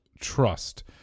trust